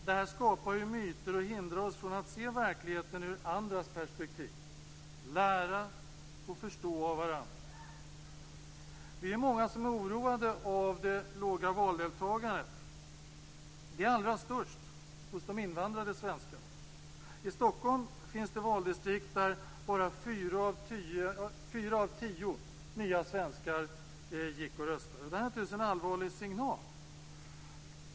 Det skapar myter och hindrar oss från att se verkligheten ur andras perspektiv, lära och förstå av varandra. Vi är många som är oroade av det låga valdeltagandet. Det är allra lägst bland de invandrade svenskarna. I Stockholm finns det valdistrikt där bara fyra av tio nya svenskar gick och röstade. Det här är naturligtvis en allvarlig signal.